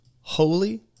Holy